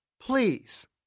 please